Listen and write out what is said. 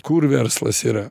kur verslas yra